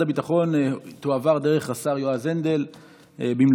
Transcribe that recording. הביטחון תועבר דרך השר יועז הנדל במלואה.